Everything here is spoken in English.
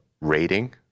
rating